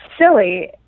silly